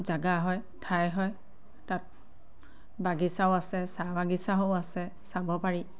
জাগা হয় ঠাই হয় তাত বাগিচাও আছে চাহ বাগিচাও আছে চাব পাৰি